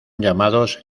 llamados